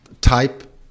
type